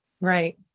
Right